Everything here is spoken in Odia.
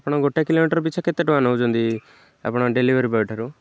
ଆପଣ ଗୋଟେ କିଲୋମିଟର୍ ପିଛା କେତେ ଟଙ୍କା ନେଉଛନ୍ତି ଆପଣ ଡେଲିଭରି ବୟ ଠାରୁ